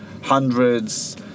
hundreds